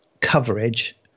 coverage